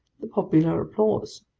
the popular applause.